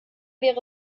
wäre